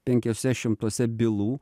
penkiuose šimtuose bylų